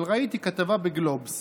אבל ראיתי כתבה בגלובס